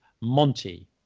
Monty